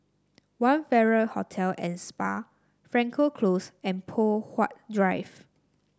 One Farrer Hotel and Spa Frankel Close and Poh Huat Drive